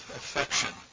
affection